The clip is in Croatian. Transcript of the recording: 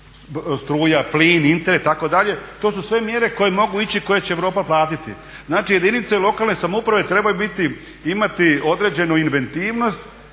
struja, plin, Internet itd. To su sve mjere koje mogu ići i koje će Europa platiti. Znači, jedinice lokalne samouprave trebaju imati određenu inventivnost